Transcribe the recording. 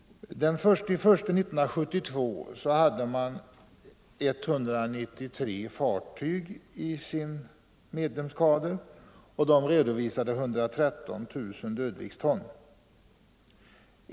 Den 1 januari 1972 hade föreningen 193 fartyg i sin medlemskader, och de redovisade 113 000 dödviktston.